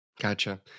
Gotcha